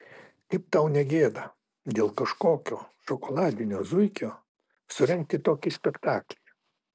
kaip tau ne gėda dėl kažkokio šokoladinio zuikio surengti tokį spektaklį